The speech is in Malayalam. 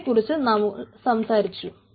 അതിനെ കുറിച്ച് നമ്മൾ സംസാരിച്ചു